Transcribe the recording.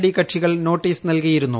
D കക്ഷികൾ notice നല്കിയിരുന്നു